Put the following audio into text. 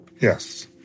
Yes